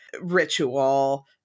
ritual